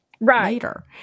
later